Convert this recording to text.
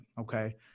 okay